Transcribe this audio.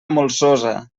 molsosa